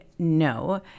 No